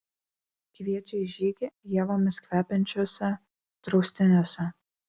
kviečia į žygį ievomis kvepiančiuose draustiniuose